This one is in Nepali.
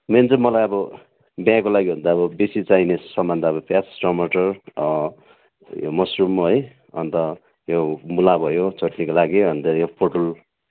मेन चाहिँ मलाई अब बिहाको लागि हो भन् त अब बेसी चाहिने सामान त अब प्याज टमाटर मसरुम है अन्त यो मुला भयो चटनीको लागि अन्त यो पोटल